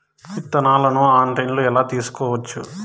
విత్తనాలను ఆన్లైన్లో ఎలా తీసుకోవచ్చు